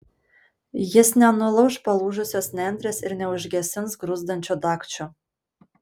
jis nenulauš palūžusios nendrės ir neužgesins gruzdančio dagčio